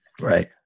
Right